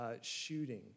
shooting